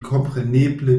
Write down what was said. kompreneble